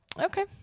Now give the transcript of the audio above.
Okay